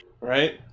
Right